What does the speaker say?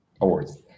awards